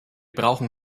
brauchen